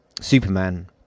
superman